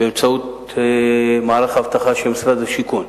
באמצעות מערך האבטחה של משרד השיכון,